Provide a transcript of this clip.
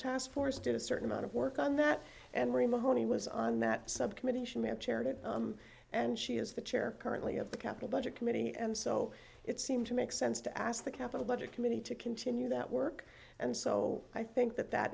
task force did a certain amount of work on that and marie mahoney was on that subcommittee chaired it and she is the chair currently of the capital budget committee and so it seemed to make sense to ask the capital budget committee to continue that work and so i think that that